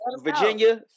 Virginia